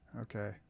Okay